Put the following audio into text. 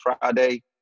Friday